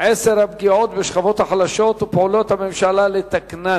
עשר הפגיעות בשכבות החלשות ופעולות הממשלה לתקנן.